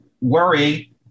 worry